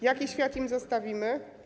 Jaki świat im zostawimy?